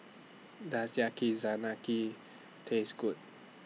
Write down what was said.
Does Yakizakana Key Taste Good